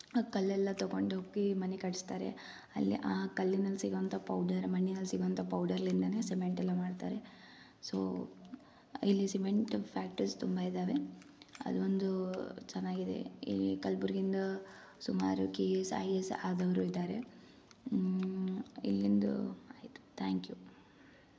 ಆ ಕಲ್ಲೆಲ್ಲ ತೊಗೊಂಡು ಹೋಗಿ ಮನೆ ಕಟ್ಟಿಸ್ತಾರೆ ಅಲ್ಲಿ ಆ ಕಲ್ಲಿನಲ್ಲಿ ಸಿಗೋ ಅಂಥ ಪೌಡರ್ ಮಣ್ಣಿನಲ್ಲಿ ಸಿಗೋ ಅಂಥ ಪೌಡರ್ಲಿಂದನೆ ಸಿಮೆಂಟೆಲ್ಲ ಮಾಡ್ತಾರೆ ಸೋ ಇಲ್ಲಿ ಸಿಮೆಂಟ್ ಫ್ಯಾಕ್ಟ್ರೀಸ್ ತುಂಬ ಇದ್ದಾವೆ ಅದೊಂದೂ ಚೆನ್ನಾಗಿದೆ ಇಲ್ಲಿ ಕಲಬುರ್ಗಿಂದ ಸುಮಾರು K A S I A S ಆದವರು ಇದ್ದಾರೆ ಇಲ್ಲಿಂದು ಆಯಿತು ತ್ಯಾಂಕ್ ಯು